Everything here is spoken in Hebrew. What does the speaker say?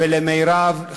למיכל ולמרב,